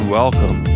welcome